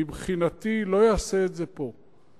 מבחינתי לא יעשה את זה פה.